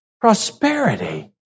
Prosperity